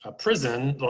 ah prison.